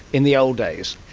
in the old days?